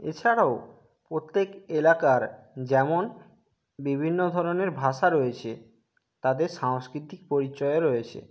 এছাড়াও প্রত্যেক এলাকার যেমন বিভিন্ন ধরনের ভাষা রয়েছে তাদের সাংস্কৃতিক পরিচয়ও রয়েছে